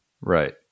Right